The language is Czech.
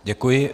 Děkuji.